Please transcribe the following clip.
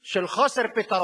של חוסר פתרון,